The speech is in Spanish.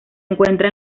encuentra